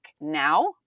now